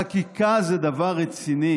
חקיקה זה דבר רציני